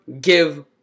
give